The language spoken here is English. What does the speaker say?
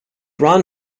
ran